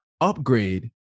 Upgrade